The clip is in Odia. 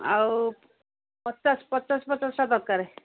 ଆଉ ପଚାଶ ପଚାଶ ପଚାଶଟା ଦରକାର